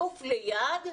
גוף ליד,